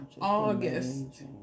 August